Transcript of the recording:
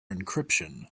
encryption